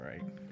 right